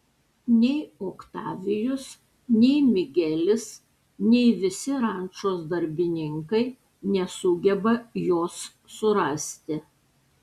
nei oktavijus nei migelis nei visi rančos darbininkai nesugeba jos surasti